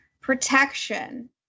protection